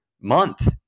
month